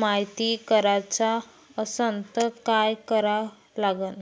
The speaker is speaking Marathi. मायती कराचा असन त काय करा लागन?